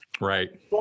Right